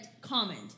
comment